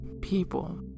people